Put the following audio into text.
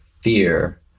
fear